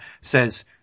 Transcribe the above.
says